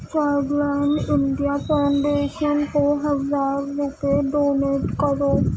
India foundation کو ہزار روپے ڈونیٹ کرو